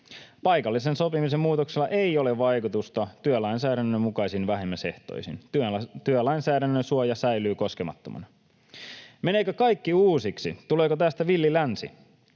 Paikallisen sopimisen muutoksella ei ole vaikutusta työlainsäädännön mukaisiin vähimmäisehtoihin. Työlainsäädännön suoja säilyy koskemattomana. Meneekö kaikki uusiksi, tuleeko tästä villi länsi?